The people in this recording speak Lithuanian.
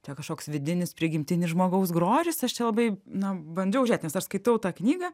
čia kažkoks vidinis prigimtinis žmogaus grožis aš čia labai na bandžiau žiūrėt nes aš skaitau tą knygą